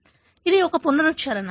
కాబట్టి ఇది ఒక పునశ్చరణ